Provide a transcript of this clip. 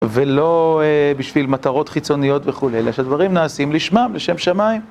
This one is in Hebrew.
ולא בשביל מטרות חיצוניות וכולי, אלה שהדברים נעשים לשמם, לשם שמיים.